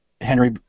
Henry